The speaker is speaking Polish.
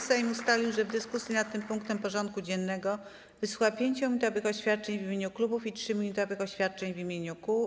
Sejm ustalił, że w dyskusji nad tym punktem porządku dziennego wysłucha 5-minutowych oświadczeń w imieniu klubów i 3-minutowych oświadczeń w imieniu kół.